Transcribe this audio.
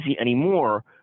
anymore